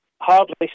hardly